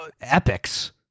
epics